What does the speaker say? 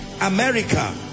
America